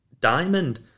diamond